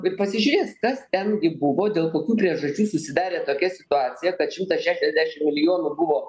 ir pasižiūrės kas ten gi buvo dėl kokių priežasčių susidarė tokia situacija kad šimtas šešiasdešim milijonų buvo